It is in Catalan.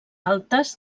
altes